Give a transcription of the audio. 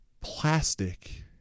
plastic